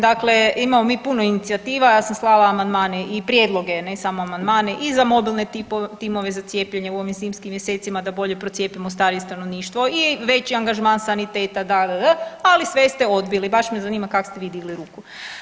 Dakle, imamo mi puno inicijativa, ja sam slala amandmane i prijedloge, ne samo amandmane i za mobilne timove za cijepljenje u ovim zimskim mjesecima da bolje procijepimo starije stanovništvo i veći angažman saniteta ddd, ali sve ste odbili, baš me zanima kak ste vi digli ruku.